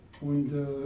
und